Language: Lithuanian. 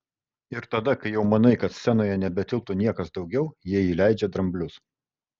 ir tada kai jau manai kad scenoje nebetilptų niekas daugiau jie įleidžia dramblius